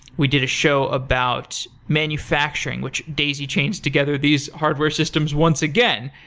we did a show about manufacturing, which daisy chains together these hardware systems once again.